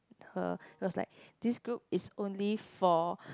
her it was like this group is only for